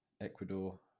Ecuador